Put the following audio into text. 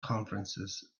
conferences